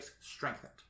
strengthened